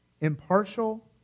impartial